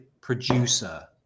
producer